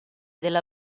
della